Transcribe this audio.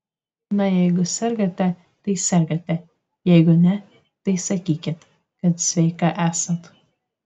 na jeigu sergate tai sergate jeigu ne tai sakykit kad sveika esat